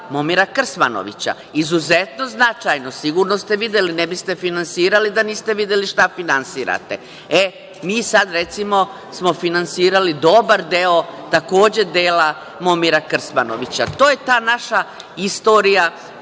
Momira Krsmanovića, izuzetno značajno, sigurno ste videli, ne biste finansirali da niste videli šta finansirate.E, mi smo sad, recimo, finansirali dobar deo, takođe, dela Momira Krsmanovića. To je ta naša istorija,